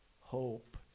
hope